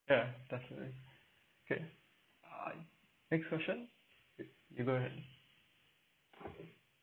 ya definitely okay alright next question if you go ahead